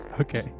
Okay